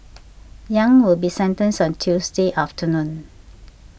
Yang will be sentenced on Tuesday afternoon